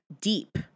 deep